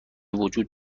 وجود